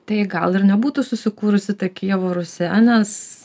tai gal ir nebūtų susikūrusi ta kijevo rusia nes